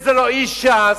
וזה לא איש ש"ס,